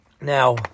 Now